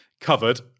covered